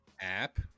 app